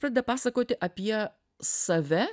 pradeda pasakoti apie save